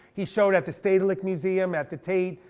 he showed at the stedelijk museum, at the tate,